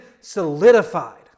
solidified